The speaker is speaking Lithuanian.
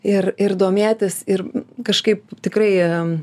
ir ir domėtis ir kažkaip tikrai